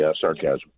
sarcasm